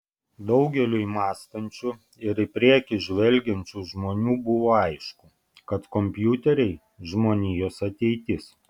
daugeliui mąstančių ir į priekį žvelgiančių žmonių buvo aišku kad kompiuteriai žmonijos ateitis